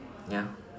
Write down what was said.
ya